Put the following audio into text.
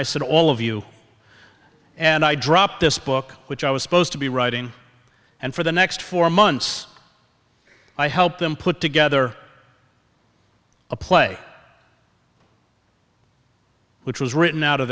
i said all of you and i dropped this book which i was supposed to be writing and for the next four months i helped them put together a play which was written out of